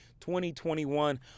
2021